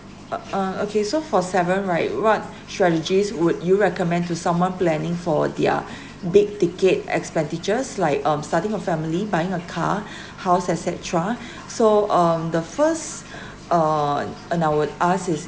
err uh okay so for seven right what strategies would you recommend to someone planning for their big ticket expenditures like um starting a family buying a car house etcetera so um the first on and I would ask is